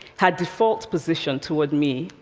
her default position toward me,